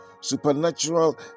supernatural